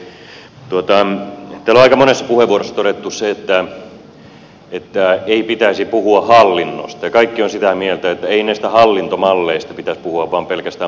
täällä on aika monessa puheenvuorossa todettu se että ei pitäisi puhua hallinnosta ja kaikki ovat sitä mieltä että ei näistä hallintomalleista pitäisi puhua vaan pelkästään palveluista